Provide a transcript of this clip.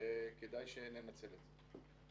שכדאי שננצל אותם.